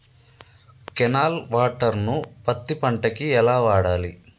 Canal water ను పత్తి పంట కి ఎలా వాడాలి?